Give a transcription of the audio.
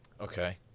Okay